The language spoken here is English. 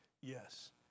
Yes